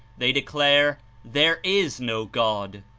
they declare there is no god!